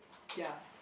ya